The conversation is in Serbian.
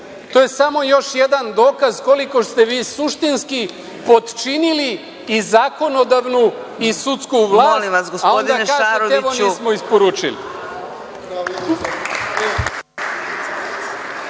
To je samo još jedan dokaz koliko ste vi suštinski potčinili i zakonodavnu i sudsku vlast, a onda kažete – evo, nismo ih isporučili.